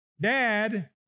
dad